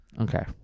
Okay